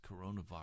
coronavirus